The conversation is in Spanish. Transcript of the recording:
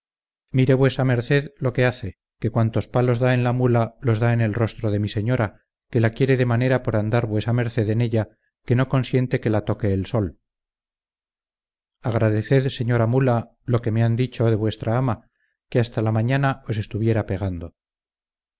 mire vuesa merced lo que hace que cuantos palos da en la mula los da en el rostro de mi señora que la quiere de manera por andar vuesa merced en ella que no consiente que la toque el sol agradeced señora mula lo que me han dicho de vuestra ama que hasta la mañana os estuviera pegando